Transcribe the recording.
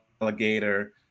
alligator